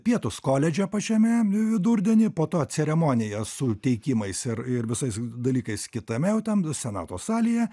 pietūs koledže pačiame vidurdienį po to ceremonija su teikimais ir ir visais dalykais kitame jau ten senato salėje